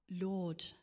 Lord